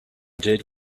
did